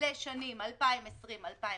לשנים 2020 2021,